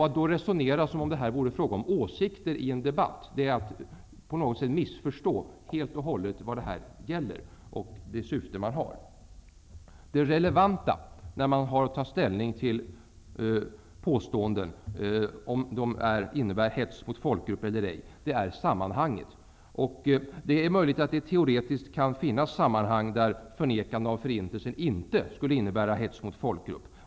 Att då resonera som vore det fråga om åsikter i en debatt är att på något sätt helt och hållet missförstå vad det här gäller och vad syftet är. Det relevanta när man har att ta ställning till om påståenden innebär hets mot folkgrupp eller ej är sammanhanget. Det är möjligt att det teoretiskt finns sammanhang där förnekandet av förintelsen inte skulle innebära hets mot folkgrupp.